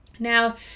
Now